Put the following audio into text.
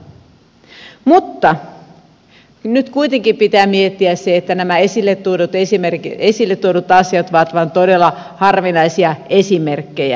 mutta nyt kuitenkin pitää miettiä että nämä esille tuodut asiat ovat todella harvinaisia esimerkkejä